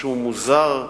משהו מוזר,